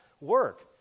work